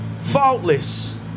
faultless